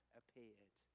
appeared